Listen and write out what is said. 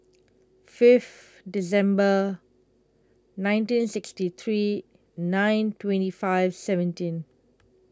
fifth December nineteen sixty three nine twenty five seventeen